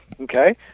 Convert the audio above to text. Okay